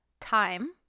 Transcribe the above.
time